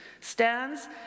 stands